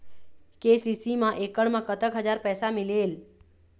KCC मा एकड़ मा कतक हजार पैसा मिलेल?